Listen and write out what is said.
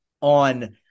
on